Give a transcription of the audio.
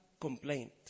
complaint